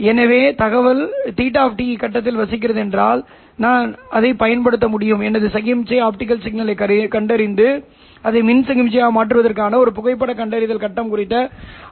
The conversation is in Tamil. எனவே நான் ஒரு வடிகட்டி அடிப்படையில் ωIF ஐ மையமாகக் கொண்ட ஒரு வடிகட்டியைக் கொண்டுள்ளேன் இதனால் அதைச் சுற்றியுள்ள சமிக்ஞை மட்டுமே கடத்தப்படும்